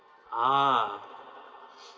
ah